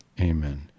Amen